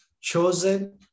chosen